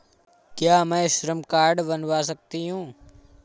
क्या मैं श्रम कार्ड बनवा सकती हूँ?